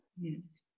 Yes